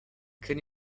can